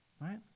right